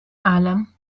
أعلم